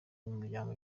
b’umuryango